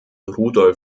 rudolf